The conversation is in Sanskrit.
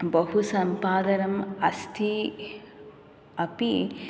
बहुसम्पादनम् अस्ति अपि